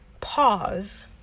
pause